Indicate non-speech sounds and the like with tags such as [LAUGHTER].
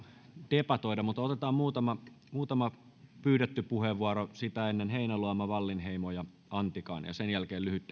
debatoida mutta otetaan muutama muutama pyydetty puheenvuoro sitä ennen heinäluoma wallinheimo ja antikainen ja sen jälkeen lyhyt [UNINTELLIGIBLE]